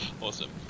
Awesome